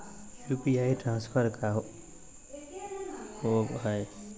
UPI transfer का होव हई?